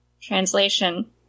Translation